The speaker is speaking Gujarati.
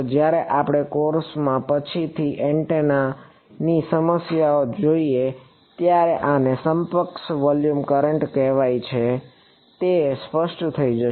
જ્યારે આપણે કોર્સમાં પછીથી એન્ટેનાની સમસ્યાઓ જોઈએ ત્યારે આને સમકક્ષ વોલ્યુમ કરંટ કેમ કહેવાય છે તે સ્પષ્ટ થઈ જશે